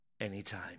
anytime